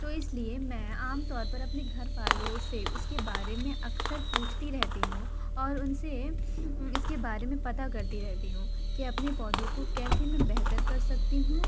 تو اس لیے میں عام طور پر اپنے گھر والوں سے اس کے بارے میں اکثر پوچھتی رہتی ہوں اور ان سے اس کے بارے میں پتہ کرتی رہتی ہوں کہ اپنے پودوں کو کیسے میں بہتر کر سکتی ہوں